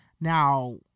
now